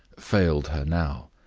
failed her now.